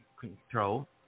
Control